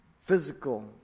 physical